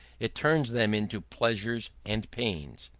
it turns them into pleasures and pains,